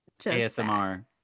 asmr